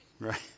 Right